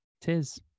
Tis